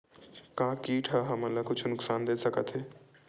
का कीट ह हमन ला कुछु नुकसान दे सकत हे?